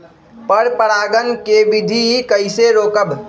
पर परागण केबिधी कईसे रोकब?